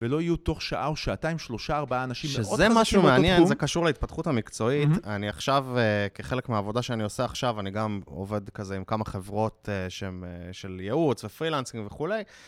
ולא יהיו תוך שעה או שעתיים, שלושה, ארבעה אנשים. שזה משהו מעניין, זה קשור להתפתחות המקצועית. אני עכשיו, כחלק מהעבודה שאני עושה עכשיו, אני גם עובד כזה עם כמה חברות שהם של ייעוץ ופרילנסינג וכולי.